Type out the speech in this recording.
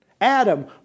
Adam